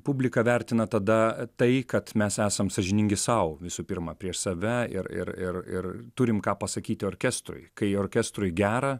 publika vertina tada tai kad mes esam sąžiningi sau visų pirma prieš save ir ir ir ir turim ką pasakyti orkestrui kai orkestrui gera